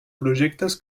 projectes